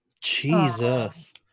Jesus